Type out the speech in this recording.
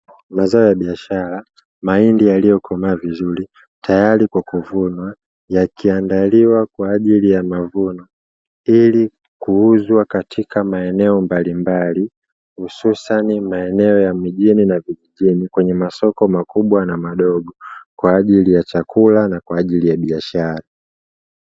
Mazao ya biashara, mahindi yaliokomaa vizuri tayari kwa kuvunwa, yakiandaliwa kwajili ya mavuno ili kuuzwa katika maeneo mbalimbali, hususani maeneo ya mjini na vijijini, kwenye masoko makubwa na madogo, kwajili ya chakula na kwajili ya biashara.